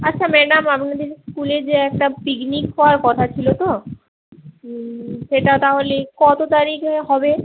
আচ্ছা ম্যাডাম আপনাদের স্কুলে যে একটা পিকনিক হবার কথা ছিল তো সেটা তাহলে কত তারিখে হবে